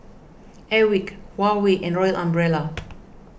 Airwick Huawei and Royal Umbrella